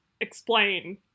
explain